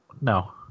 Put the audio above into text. No